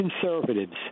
conservatives